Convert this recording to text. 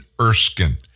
Erskine